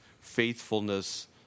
faithfulness